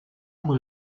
pour